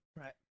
right